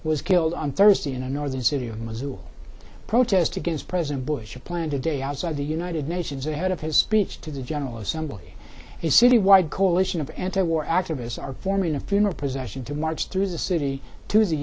was killed on thursday in a northern city of mosul protest against president bush's plan today outside the united nations ahead of his speech to the general assembly is citywide coalition of anti war activists are forming a funeral procession to march through the city to the